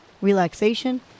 relaxation